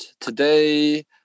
Today